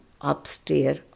upstairs